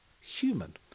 human